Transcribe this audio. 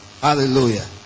Hallelujah